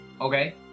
okay